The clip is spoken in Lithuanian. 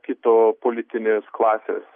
kito politinės klasės